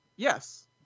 Yes